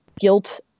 guilt